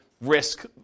risk